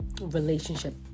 relationship